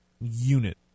unit